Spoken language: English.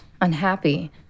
unhappy